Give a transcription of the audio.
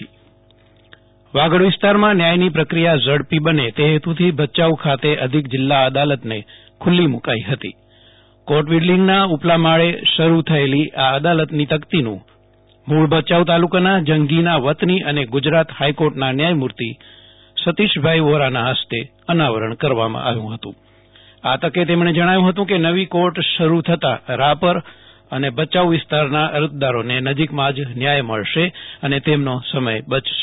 જયદિપ વૈષ્ણવ ભ ચાઉમાં નવી કોર્ટ વાગડ વિસ્તારમાં ન્યાયની પ્રક્રિયા ઝડપી બને તે હેતુથી ભયાઉ ખાતે અધિક જીલ્લા અદાલતને ખુલ્લી મુકાઈ હતી કોર્ટ બિલ્ડીંગના ઉપલા માળે શરૂ થયેલી આ અદાલતને ગુજરાત મુળ ભચાઉ તાલુ કાના જં ગીના વતની અનેફાઈકોર્ટના ન્યાયમુર્તિ સતીષભાઈ વોરાના ફસ્તે તકતીનું અનાવરણ કરવામાં આવ્યુ હતું આ તકે તેમણે જણાવ્યુ હતુ કે નવી કોર્ટ શરૂ થતાં રાપર અને ભયાઉ વિસ્તારના અરજદારોને નજીકમાં જ ન્યાય મળશે અને તેમનો સમય બચશે